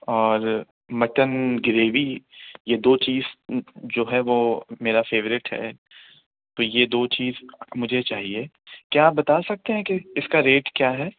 اور mutton gravy یہ دو چیز جو ہے وہ میرا فیوریٹ ہے تو یہ دو چیز مجھے چاہیے کیا آپ بتا سکتے ہیں کہ اِس کا ریٹ کیا ہے